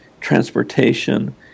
transportation